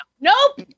Nope